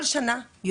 כל שנה אנחנו